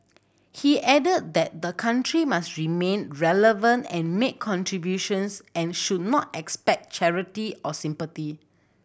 he added that the country must remain relevant and make contributions and should not expect charity or sympathy